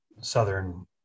southern